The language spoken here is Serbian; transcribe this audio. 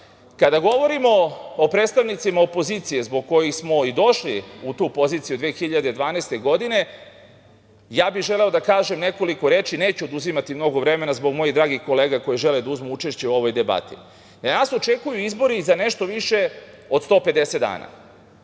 govorimo o predstavnicima opozicije zbog kojih smo i došli u tu poziciju 2012. godine, ja bih želeo da kažem nekoliko reči. Neću uzimati mnogo vremena zbog mojih dragih kolega koji žele da uzmu učešće u ovoj debati. Nas očekuju izbori za nešto više od 150 dana.